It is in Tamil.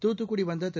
தூத்துக்குடி வந்த திரு